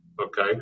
Okay